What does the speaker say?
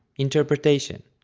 interpretation.